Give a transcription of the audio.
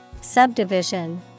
Subdivision